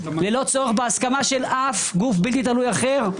ללא צורך בהסכמה של אף גוף בלתי תלוי אחר?